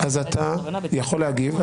אז אתה יכול להגיב,